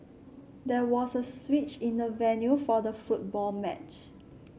there was a switch in the venue for the football match